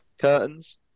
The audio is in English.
curtains